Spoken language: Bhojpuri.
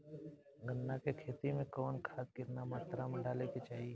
गन्ना के खेती में कवन खाद केतना मात्रा में डाले के चाही?